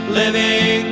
living